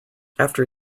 after